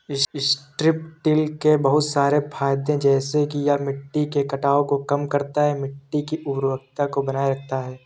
strip till के बहुत सारे फायदे हैं जैसे कि यह मिट्टी के कटाव को कम करता है, मिट्टी की उर्वरता को बनाए रखता है